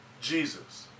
Jesus